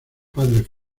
padres